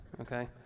okay